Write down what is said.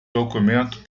documento